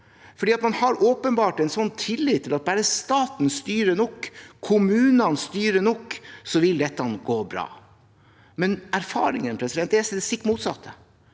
for man har åpenbart en tillit til at bare staten styrer nok og kommunene styrer nok, så vil dette gå bra. Erfaringen er det stikk motsatte,